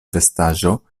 vestaĵo